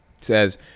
says